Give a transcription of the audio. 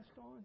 on